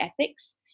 ethics